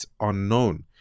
unknown